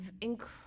incredible